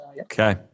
Okay